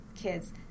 kids